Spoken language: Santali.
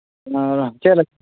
ᱦᱮᱸ ᱪᱮᱫᱞᱮᱠᱟ